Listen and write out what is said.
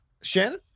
shannon